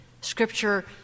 Scripture